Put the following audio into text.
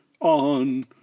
on